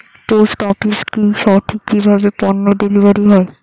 Post অফিসে কি সঠিক কিভাবে পন্য ডেলিভারি হয়?